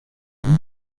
ellen